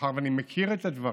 מאחר שאני מכיר את הדברים,